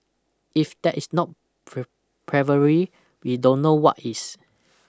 if that is not bravery we don't know what is